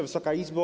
Wysoka Izbo!